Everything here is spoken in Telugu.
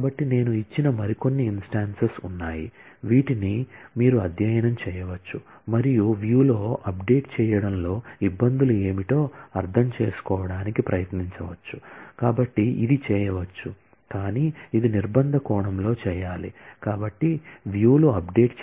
కాబట్టి నేను ఇచ్చిన మరికొన్ని ఇన్స్టాన్సెస్ ఉన్నాయి వీటిని మీరు అధ్యయనం చేయవచ్చు మరియు వ్యూ లు అప్డేట్